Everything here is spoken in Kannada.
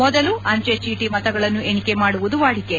ಮೊದಲು ಅಂಚೆ ಚೀಟಿ ಮತಗಳನ್ನು ಎಣಿಕೆ ಮಾಡುವುದು ವಾಡಿಕೆ